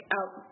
out